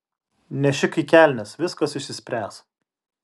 nešik į kelnes viskas išsispręs